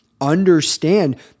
understand